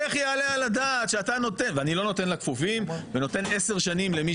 איך יעלה על הדעת שאתה נותן?" ואני לא נותן לכפופים ונותן עשר שנים למי